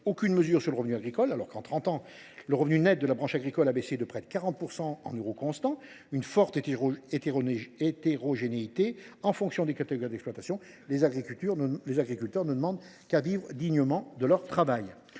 aucune mesure sur le revenu agricole alors que, en trente ans, le revenu net de la branche agricole a baissé de près de 40 % en France en euros constants, avec une forte hétérogénéité en fonction des catégories d’exploitation. Les agriculteurs ne demandent qu’à vivre dignement de leur travail